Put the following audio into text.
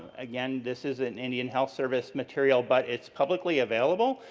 again, this isn't indian health service material, but it's publicly available,